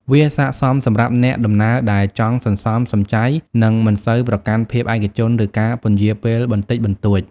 វាស័ក្តិសមសម្រាប់អ្នកដំណើរដែលចង់សន្សំសំចៃ និងមិនសូវប្រកាន់ភាពឯកជន ឬការពន្យារពេលបន្តិចបន្តួច។